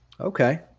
Okay